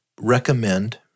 recommend